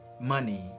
money